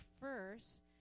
first